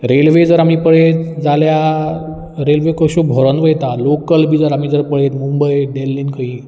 railway जर आमी पळयत जाल्या रेल्वे कश्यो भोरोन वयता लोकल बीन जर आमी पळयत मुंबय दिल्लीन खंयी